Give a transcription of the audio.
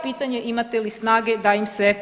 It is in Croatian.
Pitanje imate li snage da im se